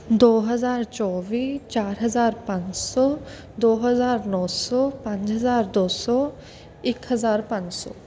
ਦੋ ਹਜ਼ਾਰ ਚੌਵੀ ਚਾਰ ਹਜ਼ਾਰ ਪੰਜ ਸੌ ਦੋ ਹਜ਼ਾਰ ਨੌਂ ਸੌ ਪੰਜ ਹਜ਼ਾਰ ਦੋ ਸੌ ਇੱਕ ਹਜ਼ਾਰ ਪੰਜ ਸੌ